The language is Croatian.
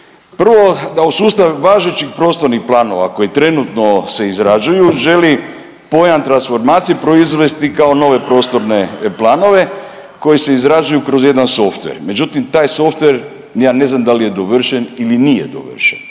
prvo da u sustav važećih prostornih planova koji trenutno se izrađuju želi pojam transformacije proizvesti kao nove prostorne planove koji se izrađuju kroz jedan softver. Međutim, taj softver ja ne znam da li je dovršen ili nije dovršen,